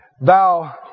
thou